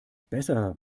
besser